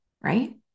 right